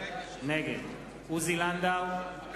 נגד עוזי לנדאו,